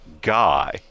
guy